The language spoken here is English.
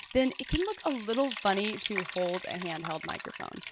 then it can look a little funny to hold a handheld microphone.